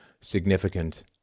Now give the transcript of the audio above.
significant